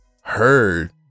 heard